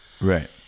Right